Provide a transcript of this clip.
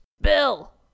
Bill